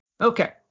Okay